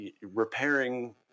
repairing